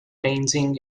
ranging